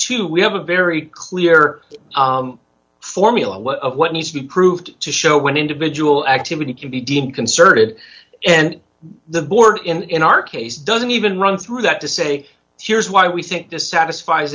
too we have a very clear formula what what needs to be proved to show when individual activity can be deemed concerted and the board in our case doesn't even run through that to say here's why we think this satisfie